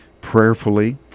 prayerfully